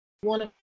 one